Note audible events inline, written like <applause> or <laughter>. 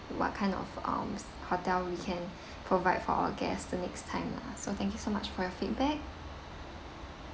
what kind of um s~ hotel we can <breath> provide for our guest the next time lah so thank you so much for your feedback